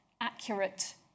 accurate